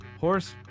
horse